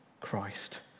Christ